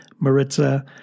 Maritza